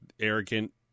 arrogant